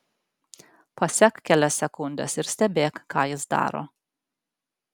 pasek kelias sekundes ir stebėk ką jis daro